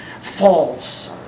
false